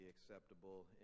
acceptable